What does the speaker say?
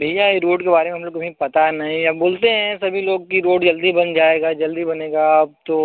भैया ये रोड के बारे में हम लोगों को भी नहीं पता है अब बोलते हैं सभी लोग कि रोड जल्दी बन जाएगी जल्दी बनेगी अब तो